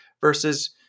versus